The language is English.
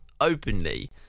openly